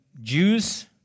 Jews